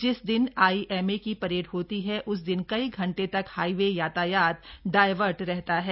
जिस दिन आइएमए की परेड होती है उस दिन कई घंटे तक हाईवे यातायात डायवर्ट रहता है